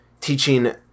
teaching –